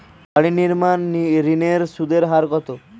বাড়ি নির্মাণ ঋণের সুদের হার কত?